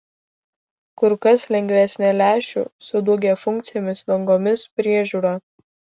kur kas lengvesnė lęšių su daugiafunkcėmis dangomis priežiūra